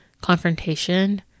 confrontation